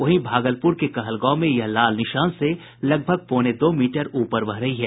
वहीं भागलपुर के कहलगांव में यह लाल निशान से लगभग पौने दो मीटर ऊपर बह रही है